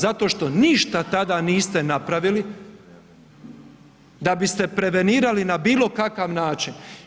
Zato što ništa tada niste napravili da biste prevenirali na bilo kakav način.